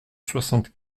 soixante